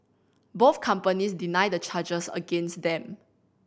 both companies deny the charges against them